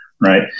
right